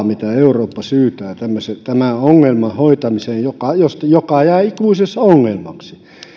mitä eurooppa syytää tämän ongelman hoitamiseen joka sillä tavalla jää ikuiseksi ongelmaksi